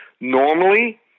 Normally